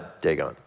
Dagon